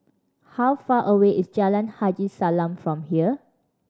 how far away is Jalan Haji Salam from here